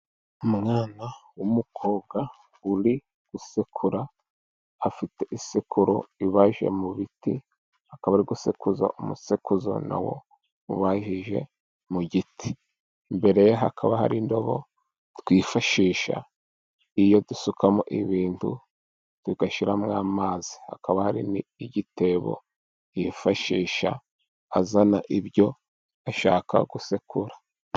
Umwana w'umukobwa uri gusekura afite isekururo ibaje mu giti akaba dusekuza umusekuza nawo ubaje mu giti. Imbere hakaba hari indobo twifashisha iyo dusukamo ibintu tugashyiramo amazi, hakaba hari n'igitebo yifashisha azana ibyo ashaka gusekura.